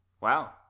Wow